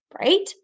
Right